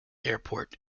airport